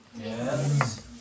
Yes